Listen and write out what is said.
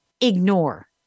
ignore